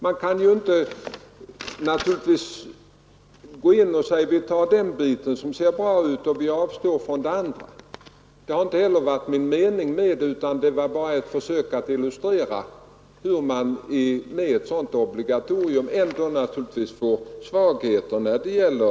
Det går ju inte att bara ta fram en bit i ett visst system, den som ser bra ut och avstå från det andra. Det har inte heller varit min mening. Jag ville bara illustrera hur man med ett obligatorium ändå kan får svagheter.